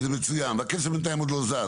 וזה מצוין, והכסף בינתיים עוד לא זז.